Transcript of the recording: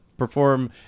perform